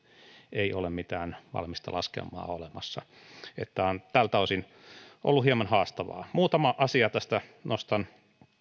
ei ole mitään valmista laskelmaa olemassa niin että tämä on tältä osin ollut hieman haastavaa muutaman asian tästä nostan